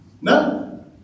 No